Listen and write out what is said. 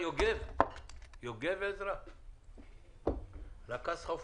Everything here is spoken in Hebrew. יוגב עזרא ביקש רשות דיבור.